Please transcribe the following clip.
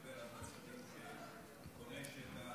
אתה מדבר על מצב שבו מישהו קונה שטח,